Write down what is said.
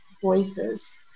voices